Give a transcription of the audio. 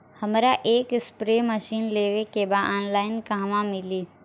हमरा एक spray machine लेवे के बा ऑनलाइन कहवा मिली?